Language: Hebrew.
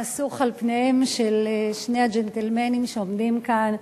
נסוך על פניהם של שני הג'נטלמנים שעומדים כאן.